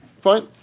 fine